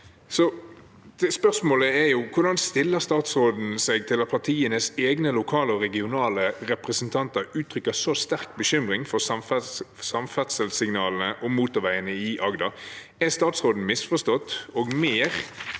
Hvordan stiller statsråden seg til at partienes egne lokale og regionale representanter uttrykker så sterk bekymring for samferdselssignalene om motorveiene i Agder? Er statsråden misforstått? Er mer,